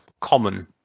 common